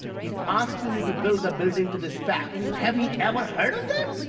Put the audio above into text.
he's asking me to build the building to the spec. have you ever heard of that?